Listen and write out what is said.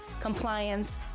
compliance